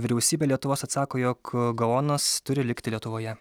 vyriausybė lietuvos atsako jog gaonas turi likti lietuvoje